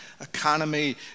economy